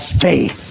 faith